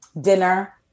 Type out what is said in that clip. dinner